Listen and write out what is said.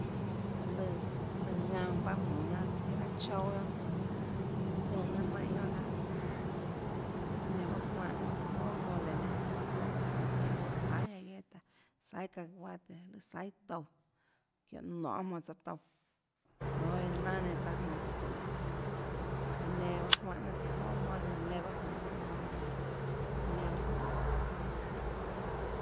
Manã lùã manãlùã ðanãpahã jmonå jnanà minhàchoúnà guionàn líã çínhã jnanà naínhã guionà lahâ laã nanã pahâ juánhã jnanà tùhå joà guohà mole nenãtoè paâ tsouã tùhå iâ lùâ saihàgalleta saihà cacahuate saihà tsouã çiónhå nonê jmonå tsouã touãtsoå iã nanâ nenã taã jmonå tsouãçiónhå nonê laã nenã pahâ juánhã jnanà tùhå joà guiohà mole laã nenã pahâ jmonå tsouã mole nenã çounã nenã pahâ juánhã jnanàtùhå oà guiohà mole nenã